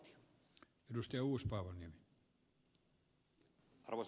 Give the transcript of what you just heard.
arvoisa puhemies